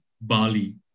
Bali